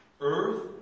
Earth